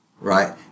right